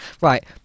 Right